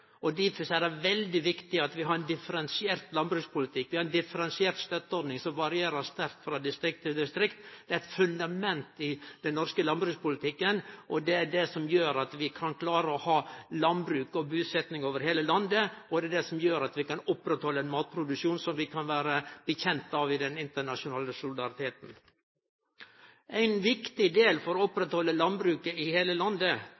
Difor er det veldig viktig at vi har ein differensiert landbrukspolitikk. Vi har ein differensiert stønadsordning som varierer sterkt frå distrikt til distrikt. Det er eit fundament i den norske landbrukspolitikken, og det er det som gjer at vi kan klare å ha landbruk og busetnad over heile landet, og det er det som gjer at vi kan oppretthalde ein matproduksjon som vi kan stå for i den internasjonale solidariteten. Ein viktig del for å oppretthalde landbruket i heile landet